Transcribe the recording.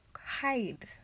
hide